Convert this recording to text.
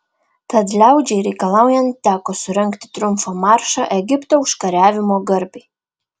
tad liaudžiai reikalaujant teko surengti triumfo maršą egipto užkariavimo garbei